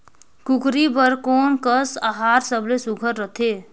कूकरी बर कोन कस आहार सबले सुघ्घर रथे?